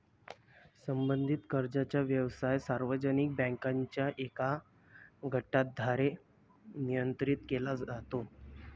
संबंधित कर्जाचा व्यवसाय सार्वजनिक बँकांच्या एका गटाद्वारे नियंत्रित केला जातो